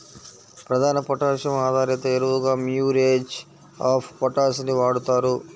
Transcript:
ప్రధాన పొటాషియం ఆధారిత ఎరువుగా మ్యూరేట్ ఆఫ్ పొటాష్ ని వాడుతారు